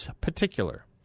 particular